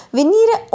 venire